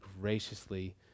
graciously